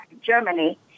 Germany—